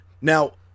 Now